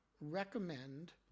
recommend